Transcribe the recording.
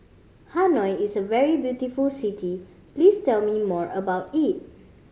Hanoi is a very beautiful city please tell me more about it